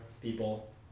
people